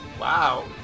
wow